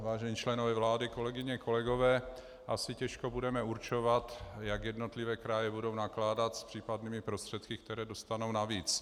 Vážení členové vlády, kolegyně, kolegové, asi těžko budeme určovat, jak jednotlivé kraje budou nakládat s případnými prostředky, které dostanou navíc.